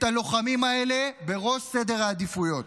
את הלוחמים האלה, בראש סדר העדיפויות.